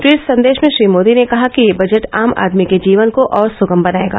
tweet संदेश में श्री मोदी ने कहा कि यह बजट आम आदमी के जीवन को और सुगम बनायेगा